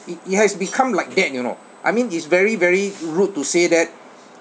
it it has become like that you know I mean is very very rude to say that